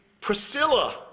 Priscilla